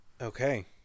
Okay